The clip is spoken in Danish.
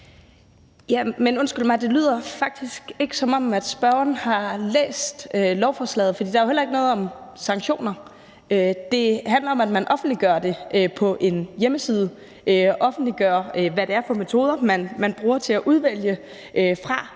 det lyder faktisk ikke, som om spørgeren har læst lovforslaget, for der er jo heller ikke noget om sanktioner. Det handler om, at man offentliggør det på en hjemmeside, altså offentliggør, hvad det er for metoder, man bruger til at udvælge ud